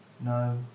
no